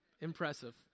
Impressive